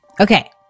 Okay